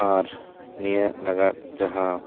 ᱟᱨ ᱱᱤᱭᱟᱹ ᱞᱟᱹᱜᱟᱫ ᱡᱟᱦᱟᱸ